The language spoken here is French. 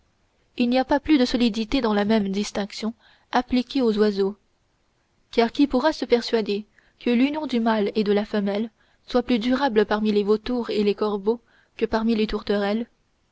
il n'y a pas plus de solidité dans la même distinction appliquée aux oiseaux car qui pourra se persuader que l'union du mâle et de la femelle soit plus durable parmi les vautours et les corbeaux que parmi les tourterelles